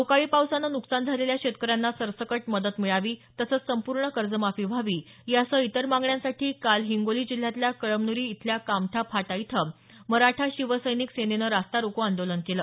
अवकाळी पावसान नुकसान झालेल्या शेतकऱ्यांना सरसकट मदत मिळावी तसंच संपूर्ण कर्जमाफी व्हावी यांसह इतर मागण्यांसाठी काल हिंगोली जिल्ह्यातल्या कळमनुरी इथल्या कामठा फाटा इथं मराठा शिवसैनिक सेनेनं रस्ता रोको आंदोलन केलं